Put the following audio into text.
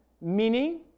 Meaning